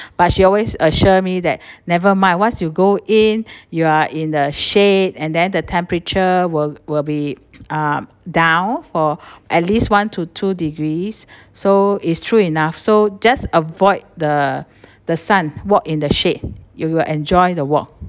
but she always assure me that never mind once you go in you are in the shade and then the temperature will will be uh down for at least one to two degrees so it's true enough so just avoid the the sun walk in the shade you will enjoy the walk